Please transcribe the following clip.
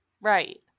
right